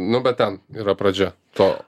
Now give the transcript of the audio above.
nu bet ten yra pradžia to